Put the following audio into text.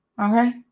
okay